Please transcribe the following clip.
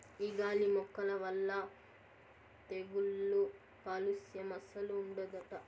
ఈ గాలి మొక్కల వల్ల తెగుళ్ళు కాలుస్యం అస్సలు ఉండదట